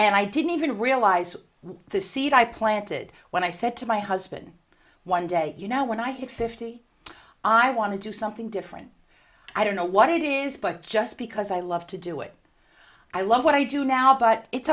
and i didn't even realize the seed i planted when i said to my husband one day you know when i hit fifty i want to do something different i don't know what it is but just because i love to do it i love what i do now but it's